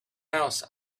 house